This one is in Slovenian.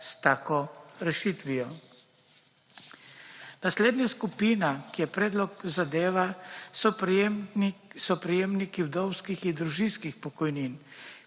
s tako rešitvijo. Naslednja skupina, ki je predlog zadeva so prejemniki vdovskih in družinskih pokojnin,